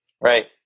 Right